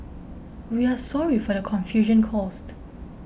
we are sorry for the confusion caused